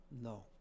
no